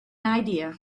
idea